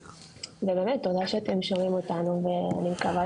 באמת תודה שאתם שומעים אותנו ואני מקווה